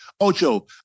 Ocho